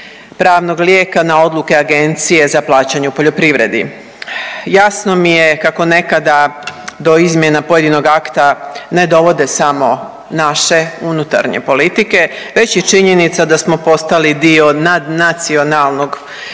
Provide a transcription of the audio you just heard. pravnog lijeka na odluke Agencije za plaćanje u poljoprivredi. Jasno mi je kako nekada do izmjena pojedinog akta ne dovode samo naše unutarnje politike već i činjenica da smo postali dio nadnacionalnog pravnog